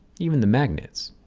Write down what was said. even the magnets.